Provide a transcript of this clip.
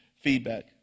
feedback